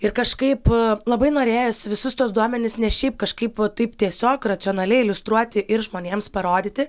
ir kažkaip labai norėjosi visus tuos duomenis ne šiaip kažkaip taip tiesiog racionaliai iliustruoti ir žmonėms parodyti